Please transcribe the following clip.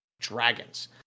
dragons